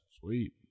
sweet